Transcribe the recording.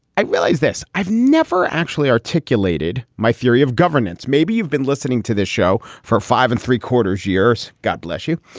i realize this. i've never actually articulated my theory of governance. maybe you've been listening to this show for five and three quarters years. god bless you.